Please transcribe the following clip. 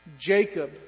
Jacob